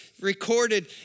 recorded